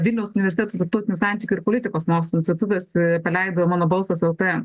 vilniaus universiteto tarptautinių santykių ir politikos mokslų institutas paleido mano balsas lt